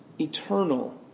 eternal